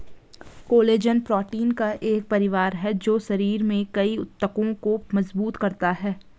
collagen protein का एक परिवार है जो शरीर में कई ऊतकों को मजबूत करता है